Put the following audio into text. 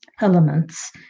elements